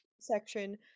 section